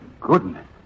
goodness